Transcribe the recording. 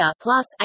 plus